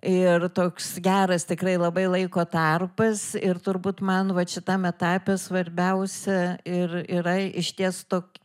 ir toks geras tikrai labai laiko tarpas ir turbūt man vat šitam etape svarbiausia ir yra išties tok